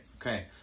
Okay